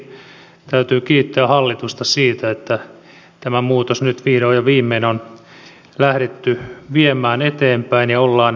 ensinnäkin täytyy kiittää hallitusta siitä että tätä muutosta nyt vihdoin ja viimein on lähdetty viemään eteenpäin ja ollaan tässä tilanteessa